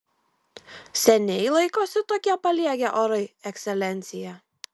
seniai laikosi tokie paliegę orai ekscelencija